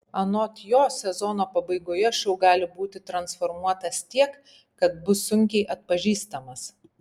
anot jo sezono pabaigoje šou gali būti transformuotas tiek kad bus sunkiai atpažįstamas